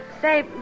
Say